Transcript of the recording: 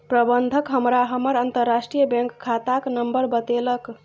प्रबंधक हमरा हमर अंतरराष्ट्रीय बैंक खाताक नंबर बतेलक